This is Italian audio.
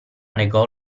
negò